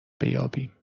بیابیم